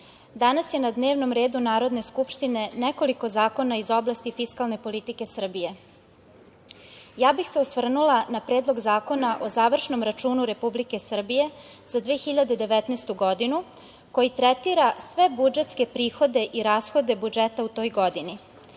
danas je na dnevnom redu Narodne skupštine nekoliko zakona iz oblasti fiskalne politike Srbije. Ja bih se osvrnula na Predlog zakona o završnom računu Republike Srbije za 2019. godinu, koji tretira sve budžetske prihode i rashode budžeta u toj godini,